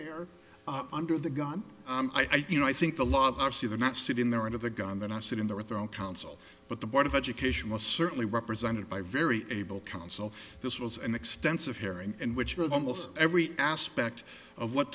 they're under the gun i do you know i think the laws are see they're not sitting there under the gun that i sit in there with their own counsel but the board of education was certainly represented by very able counsel this was an extensive hearing in which was almost every aspect of what